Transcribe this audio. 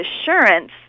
assurance